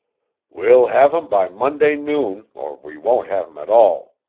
we'll have em by monday noon, or we won't have em at all,